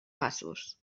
passos